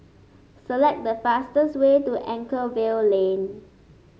select the fastest way to Anchorvale Lane